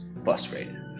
frustrated